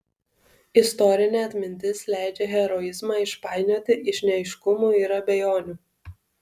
istorinė atmintis leidžia heroizmą išpainioti iš neaiškumų ir abejonių